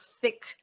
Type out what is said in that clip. thick